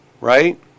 right